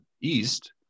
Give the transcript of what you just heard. east